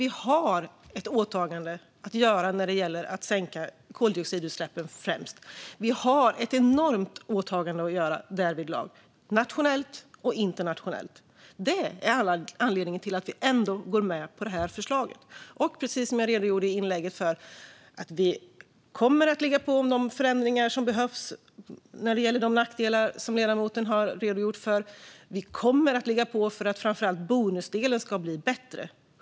Vi har ett åtagande om att sänka främst koldioxidutsläppen. Vi har ett enormt åtagande därvidlag, nationellt och internationellt. Det är anledningen till att vi går med på förslaget. Som jag redogjorde för i mitt inlägg kommer vi att ligga på om de förändringar som behöver göras av de nackdelar som ledamoten tog upp. Vi kommer också att ligga på för att framför allt bonusdelen ska bli bättre.